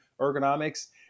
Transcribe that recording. ergonomics